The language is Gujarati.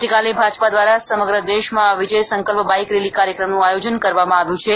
આવતીકાલે ભાજપા દ્વારા સમગ્ર દેશમાં વિજય સંકલ્પ બાઇક રેલી કાર્યક્રમનું આયોજન કરવામાં આવ્યું છે